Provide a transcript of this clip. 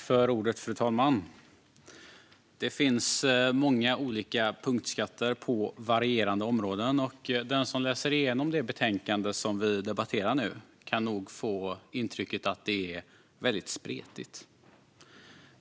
Fru talman! Det finns många olika punktskatter på varierande områden, och den som läser igenom det betänkande vi nu debatterar kan nog få intrycket att det är väldigt spretigt.